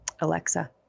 Alexa